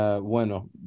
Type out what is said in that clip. bueno